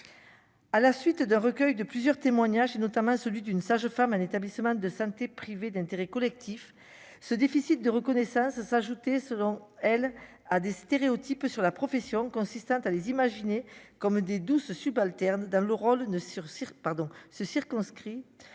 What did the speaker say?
à la suite d'un recueil de plusieurs témoignages et notamment celui d'une sage-femme, un établissement de santé privés d'intérêt collectif, ce déficit de reconnaissance s'ajouter selon elle à des stéréotypes sur la profession consistant à les imaginer comme des 12 subalterne dans le rôle ne sur Syrte